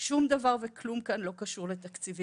שום דבר וכלום כאן לא קשור לתקציבים